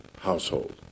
household